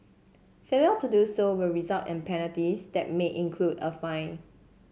failure to do so will result in penalties that may include a fine